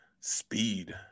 Speed